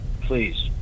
please